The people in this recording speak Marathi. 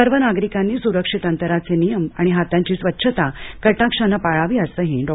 सर्व नागरिकांनी सुरक्षित अंतराचे नियम आणि हातांची स्वच्छता कटाक्षानं पाळावी असंही डॉ